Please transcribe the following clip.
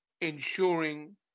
ensuring